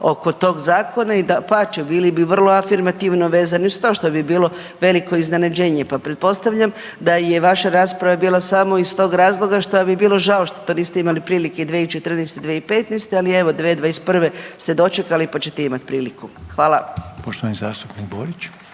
oko tog zakona i dapače, bili bi vrlo afirmativno vezani uz to što bi bilo veliko iznenađenje, pa pretpostavljam da je i vaša rasprava bila samo iz tog razloga što vam je bilo žao što to niste imali prilike 2014. i 2015., ali evo, 2021. ste dočekali pa ćete imati priliku. Hvala.